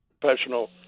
professional